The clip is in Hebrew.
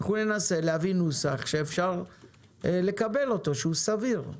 ננסה להביא נוסח שאפשר לקבל אותו, שהוא סביר.